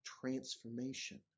transformation